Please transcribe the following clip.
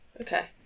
Okay